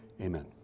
Amen